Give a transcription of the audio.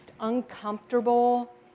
uncomfortable